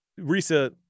Risa